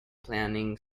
planning